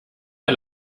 der